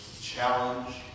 challenge